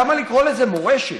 למה לקרוא לזה מורשת?